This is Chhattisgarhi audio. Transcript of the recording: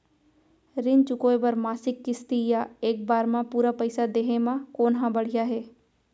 ऋण चुकोय बर मासिक किस्ती या एक बार म पूरा पइसा देहे म कोन ह बढ़िया हे?